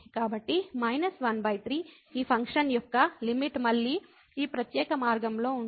కాబట్టి −13 ఈ ఫంక్షన్ యొక్క లిమిట్ మళ్ళీ ఈ ప్రత్యేక మార్గం లో ఉంటుంది